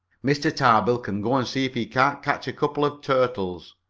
mr. tarbill can go and see if he can't catch a couple of turtles.